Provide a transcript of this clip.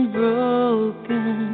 broken